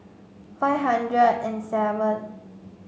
five hundred and seven